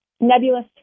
nebulous